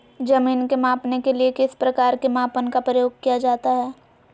जमीन के मापने के लिए किस प्रकार के मापन का प्रयोग किया जाता है?